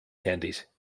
candies